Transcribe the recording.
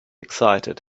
excited